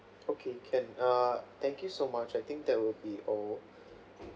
okay can err thank you so much I think that will be all